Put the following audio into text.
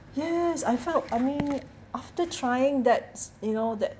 yes I felt I mean after trying that's you know that